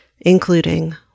including